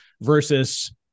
versus